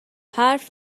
حرف